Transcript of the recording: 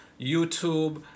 youtube